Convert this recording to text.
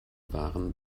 waren